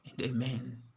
amen